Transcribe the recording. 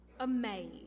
amazed